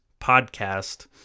podcast